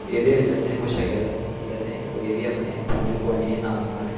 एह्दे बिच्च असेंगी पुच्छेआ गेदा ऐ कि असें कोई बी अपने पंज गोआंढियें दे नांऽ सनाने